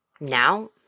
now